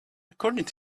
according